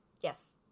Yes